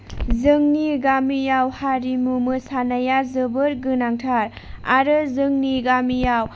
जोंनि गामियाव हारिमु मोसानाया जोबोर गोनांथार आरो जोंनि गामियाव